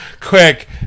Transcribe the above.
Quick